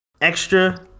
extra